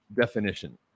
definition